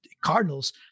Cardinals